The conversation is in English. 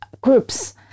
groups